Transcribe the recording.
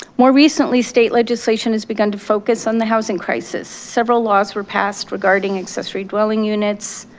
more recently, state legislation has begun to focus on the housing crisis. several laws were passed regarding accessory dwelling units,